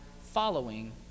following